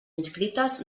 inscrites